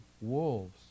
wolves